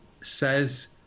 says